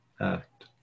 act